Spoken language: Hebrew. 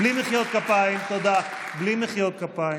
בלי מחיאות כפיים,